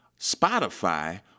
Spotify